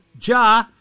Ja